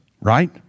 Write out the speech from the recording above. right